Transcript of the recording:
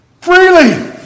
Freely